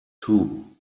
too